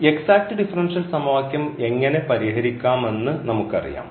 exact differential സമവാക്യം എങ്ങനെ പരിഹരിക്കാമെന്ന് നമുക്കറിയാം